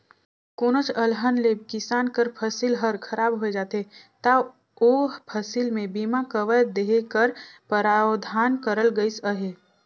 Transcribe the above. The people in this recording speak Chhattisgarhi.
कोनोच अलहन ले किसान कर फसिल हर खराब होए जाथे ता ओ फसिल में बीमा कवर देहे कर परावधान करल गइस अहे